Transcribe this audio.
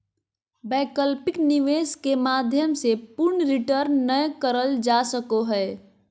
वैकल्पिक निवेश के माध्यम से पूर्ण रिटर्न नय करल जा सको हय